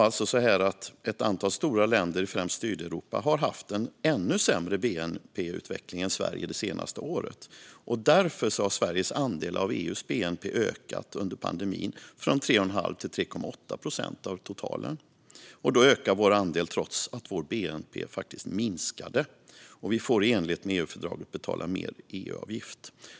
Ett antal stora länder i främst Sydeuropa har haft en ännu sämre bnp-utveckling än Sverige det senaste året. Därför har Sveriges andel av EU:s bnp ökat under pandemin från 3,5 till 3,8 procent av totalen. Då ökar vår andel trots att vår bnp faktiskt minskade, och vi får i enlighet med EU-fördraget betala mer i EU-avgift.